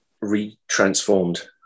re-transformed